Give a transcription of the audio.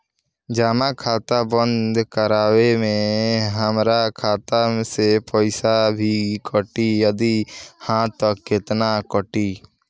जमा खाता बंद करवावे मे हमरा खाता से पईसा भी कटी यदि हा त केतना कटी?